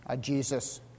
Jesus